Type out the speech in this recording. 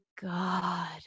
God